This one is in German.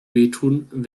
wehtun